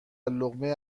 لقمه